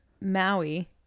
Maui